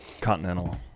Continental